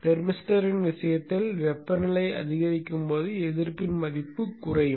தெர்மிஸ்டரின் விஷயத்தில் வெப்பநிலை அதிகரிக்கும் போது எதிர்ப்பின் மதிப்பு குறையும்